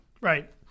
Right